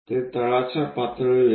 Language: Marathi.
ते तळाच्या पातळीवर येते